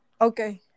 Okay